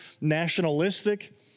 nationalistic